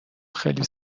خیلی